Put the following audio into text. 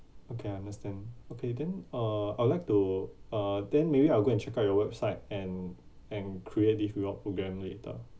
okay I understand okay then uh I'll like to uh then maybe I'll go and check out your website and and create it with your program later